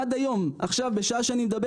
בשעה הזו,